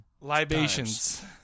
Libations